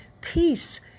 peace